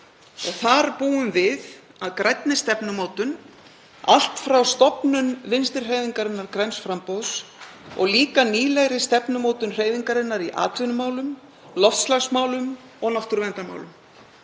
Þar búum við að grænni stefnumótun, allt frá stofnun Vinstri hreyfingarinnar – græns framboðs, og líka nýlegri stefnumótun hreyfingarinnar í atvinnumálum, loftslagsmálum og náttúruverndarmálum.